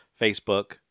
Facebook